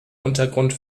untergrund